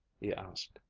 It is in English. he asked.